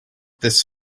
this